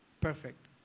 Perfect